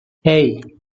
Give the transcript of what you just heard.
hey